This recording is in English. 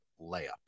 layup